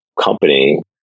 company